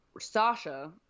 Sasha